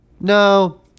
No